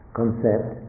concept